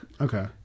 Okay